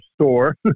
store